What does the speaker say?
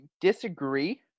disagree